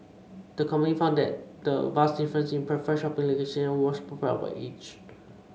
the company found that the vast differences in preferred shopping locations was propelled by age